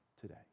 today